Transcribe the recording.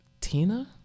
Tina